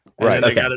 Right